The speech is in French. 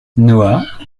noah